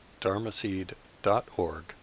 dharmaseed.org